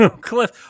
Cliff